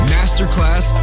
Masterclass